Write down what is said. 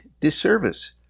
disservice